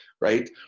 right